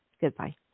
Goodbye